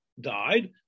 died